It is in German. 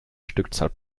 stückzahl